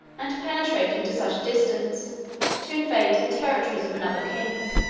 and penetrating to such a distance to invade the territories of another king.